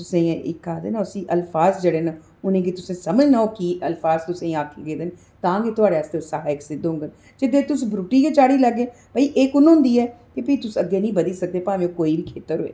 तुसें ई इक आखदे ना उसी अलफाज जेह्ड़े न उनें गी तुसें समझना ओह् की अलफाज तुसें ई आक्खे गेदे न तां गै थुआढ़े आस्तै ओह् सहायक सिद्ध होङन ते जे तुस ब्रूटी गै चाढ़ी लैह्गे भई एह् कुन होंदी ऐ ते फ्ही तुस अग्गें निं बधी सकदे भामें कोई बी खेतर होऐ